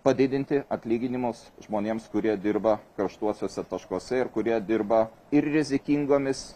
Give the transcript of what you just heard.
padidinti atlyginimus žmonėms kurie dirba karštuosiuose taškuose ir kurie dirba ir rizikingomis